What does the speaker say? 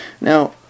Now